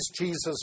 Jesus